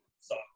soccer